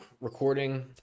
recording